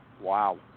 Wow